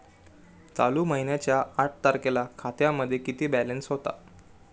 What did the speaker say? चालू महिन्याच्या आठ तारखेला खात्यामध्ये किती बॅलन्स होता?